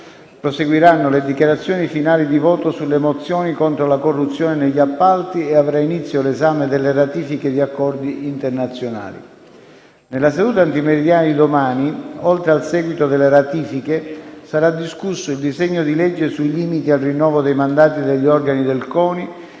proseguiranno le dichiarazioni finali di voto sulle mozioni contro la corruzione negli appalti e avrà inizio l'esame delle ratifiche di accordi internazionali. Nella seduta antimeridiana di domani, oltre al seguito delle ratifiche, sarà discusso il disegno di legge sui limiti al rinnovo dei mandati degli organi del CONI.